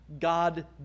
God